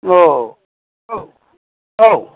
औ औ औ